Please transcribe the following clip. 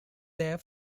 their